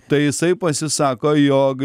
tai jisai pasisako jog